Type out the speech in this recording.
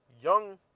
Young